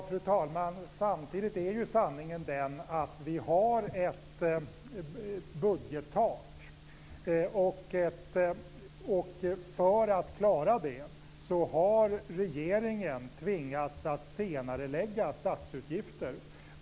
Fru talman! Samtidigt är ju sanningen den att vi har ett budgettak. För att klara det har regeringen tvingats att senarelägga statsutgifter.